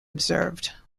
observed